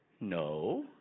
No